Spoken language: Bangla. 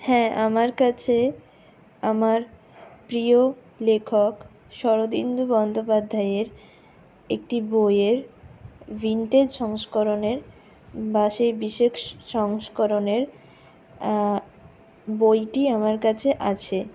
হ্যাঁ আমার কাছে আমার প্রিয় লেখক শরদিন্দু বন্দোপাধ্যায়ের একটি বইয়ের ভিন্টেজ সংস্করণের বাসিক বিশেষ সংস্করণের বইটি আমার কাছে আছে